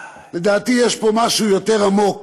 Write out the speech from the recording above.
לדעתי, יש פה משהו יותר עמוק